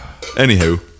Anywho